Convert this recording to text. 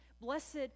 blessed